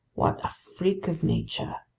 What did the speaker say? what a freak of nature!